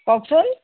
কওকচোন